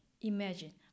Imagine